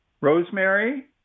rosemary